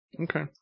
Okay